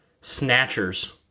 Snatchers